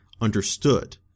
understood